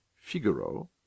Figaro